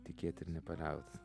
tikėti ir nepaliaut